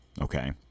Okay